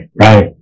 Right